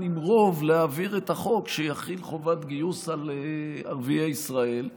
עם רוב להעביר את החוק שיחיל חובת גיוס על ערביי ישראל.